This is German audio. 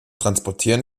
transportieren